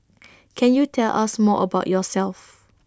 can you tell us more about yourself